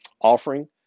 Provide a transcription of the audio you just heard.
offering